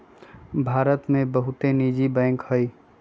भारत में बहुते निजी बैंक हइ